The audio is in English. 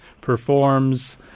performs